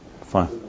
Fine